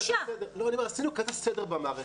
עשינו כזה סדר במערכת.